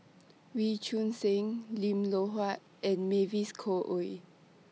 Wee Choon Seng Lim Loh Huat and Mavis Khoo Oei